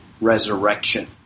resurrection